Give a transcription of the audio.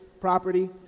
property